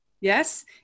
Yes